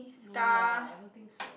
no lah I don't think so